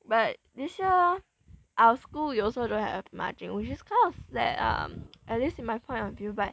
but this year our school we also don't have marching which is kind of sad ah at least in my point of view but